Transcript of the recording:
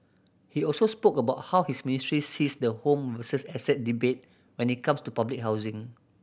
he also spoke about how his ministry sees the home versus asset debate when it comes to public housing